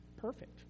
perfect